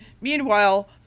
meanwhile